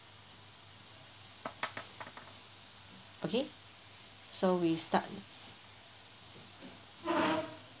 okay so we start